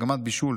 מגמת בישול,